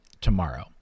tomorrow